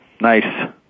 Nice